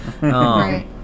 Right